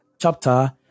chapter